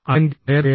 അല്ലെങ്കിൽ വയറുവേദന